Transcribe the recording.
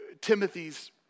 Timothy's